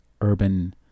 urban